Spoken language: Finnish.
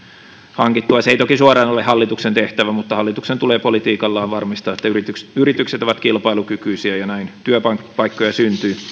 hankittua se ei toki suoraan ole hallituksen tehtävä mutta hallituksen tulee politiikallaan varmistaa että yritykset yritykset ovat kilpailukykyisiä ja näin työpaikkoja syntyy